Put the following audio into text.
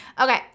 Okay